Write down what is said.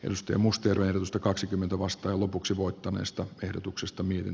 mustia mustia reilusta kaksikymmentä vastaa sitten voittaneesta ehdotuksesta mihin